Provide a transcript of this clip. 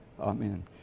Amen